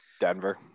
Denver